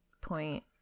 point